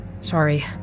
Sorry